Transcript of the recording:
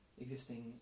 existing